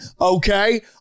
okay